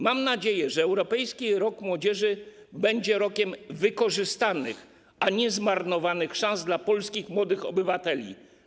Mam nadzieję, że Europejski Rok Młodzieży będzie rokiem wykorzystanych - a nie zmarnowanych - szans dla polskich młodych obywateli.